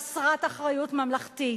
חסרת אחריות ממלכתית.